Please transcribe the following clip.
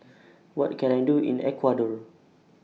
What Can I Do in Ecuador